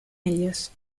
ellos